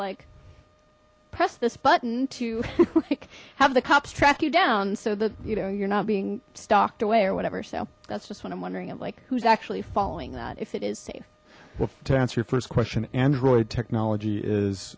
like press this button to like have the cops track you down so that you know you're not being stalked away or whatever so that's just what i'm wondering of like who's actually following that if it is safe well to answer your first question android technology is